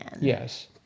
Yes